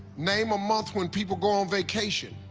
name a month when people go on vacation.